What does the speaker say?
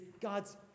God's